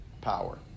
power